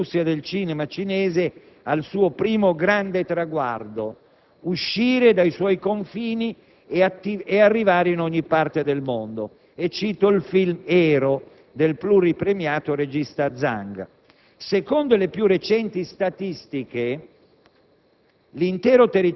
Alla crescita quantitativa si aggiunge quella qualitativa, che ha portato l'industria del cinema cinese al suo primo grande traguardo: uscire dai suoi confini ed arrivare in ogni parte del mondo. Cito, a titolo di esempio, il film «Hero» del pluripremiato regista Zhang